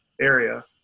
area